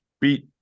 beat